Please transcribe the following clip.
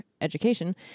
education